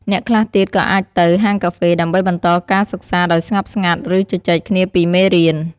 អ្នកខ្លះទៀតក៏អាចទៅ ហាងកាហ្វេ ដើម្បីបន្តការសិក្សាដោយស្ងប់ស្ងាត់ ឬជជែកគ្នាពីមេរៀន។